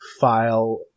file